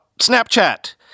Snapchat